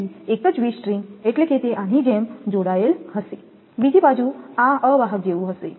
તેથી એક જ વી સ્ટ્રિંગ એટલે કે તે આની જેમ જોડાયેલ હશે બીજી બાજુ આ અવાહક જેવું હશે